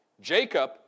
Jacob